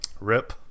Rip